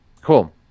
Cool